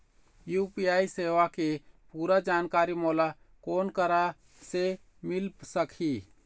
UPI सेवा के पूरा जानकारी मोला कोन करा से मिल सकही?